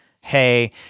hey